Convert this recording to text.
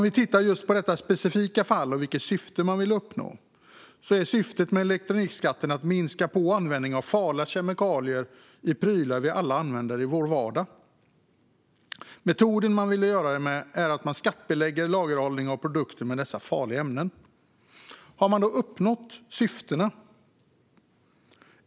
Vi tittar på detta specifika fall och vilket syfte man ville uppnå. Syftet med elektronikskatten är att minska användningen av farliga kemikalier i prylar vi alla använder i vår vardag. Metoden man vill göra det med är att skattebelägga lagerhållningen av produkter med dessa farliga ämnen. Har man uppnått dessa syften?